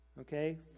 okay